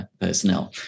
personnel